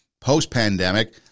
post-pandemic